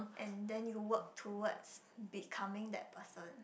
and then you work towards becoming that person